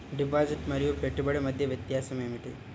Deposit మరియు పెట్టుబడి మధ్య వ్యత్యాసం ఏమిటీ?